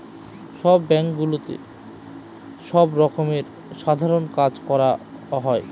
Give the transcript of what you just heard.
সব ব্যাঙ্কগুলোতে সব রকমের সাধারণ কাজ করা হয়